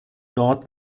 dort